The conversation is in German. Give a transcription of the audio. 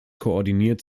koordiniert